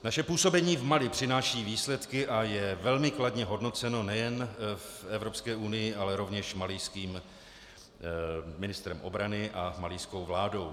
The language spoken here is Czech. Naše působení v Mali přináší výsledky a je velmi kladně hodnoceno nejen v Evropské unii, ale rovněž malijským ministrem obrany a malijskou vládou.